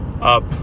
up